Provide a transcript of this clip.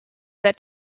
that